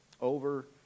over